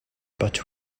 but